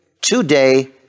today